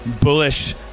bullish